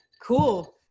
Cool